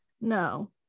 No